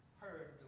heard